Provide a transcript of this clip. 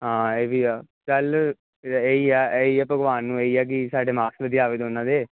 ਹਾਂ ਇਹ ਵੀ ਆ ਚੱਲ ਇਹੀ ਆ ਇਹੀ ਆ ਭਗਵਾਨ ਨੂੰ ਇਹੀ ਆ ਕਿ ਸਾਡੇ ਮਾਕਸ ਵਧੀਆ ਆਵੇ ਦੋਨਾਂ ਦੇ